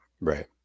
right